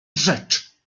rzecz